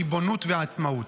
ריבונות ועצמאות.